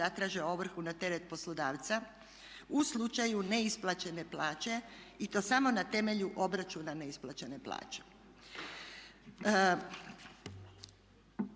zatraže ovrhu na teret poslodavca u slučaju neisplaćene plaće i to samo na temelju obračuna neisplaćene plaće.